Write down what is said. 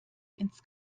ins